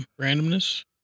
Randomness